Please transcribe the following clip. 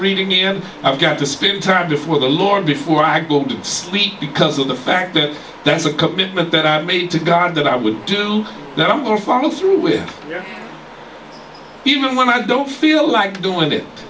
reading and i've got to spend time before the lord before i go to sleep because of the fact that that's a commitment that i made to god that i would do that i'm going to follow through with even when i don't feel like doing